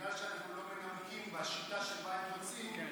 בגלל שאנחנו לא מנמקים בשיטה שבה הם רוצים,